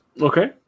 Okay